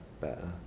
better